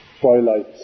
twilight